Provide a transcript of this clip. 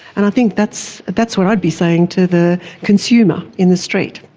and i think that's that's what i'd be saying to the consumer in the street.